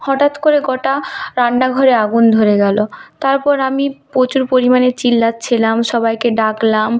হঠাৎ করে গোটা রান্নাঘরে আগুন ধরে গেলো তারপর আমি প্রচুর পরিমাণে চিল্লাচ্ছিলাম সবাইকে ডাকলাম